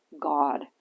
God